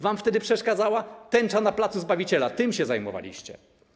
Wam wtedy przeszkadzała tęcza na placu Zbawiciela, tym się zajmowaliście.